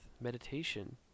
meditation